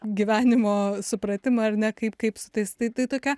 gyvenimo supratimą ar ne kaip kaip su tais tai tokia